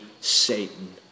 Satan